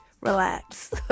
relax